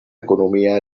economia